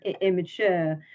immature